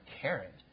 carrot